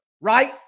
right